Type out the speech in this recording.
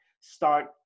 start